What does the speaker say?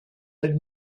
but